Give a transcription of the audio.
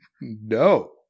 No